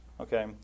okay